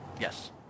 Yes